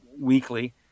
weekly